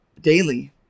Daily